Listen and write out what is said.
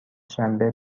شنبه